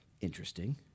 Interesting